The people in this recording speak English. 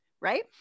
Right